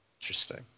Interesting